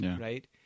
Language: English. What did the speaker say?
right